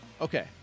okay